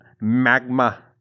magma